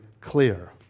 clear